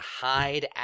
hide